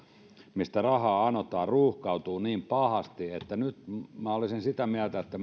mistä rahaa anotaan ruuhkautuvat niin pahasti että nyt minä olisin sitä mieltä että